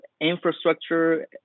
infrastructure